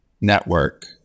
network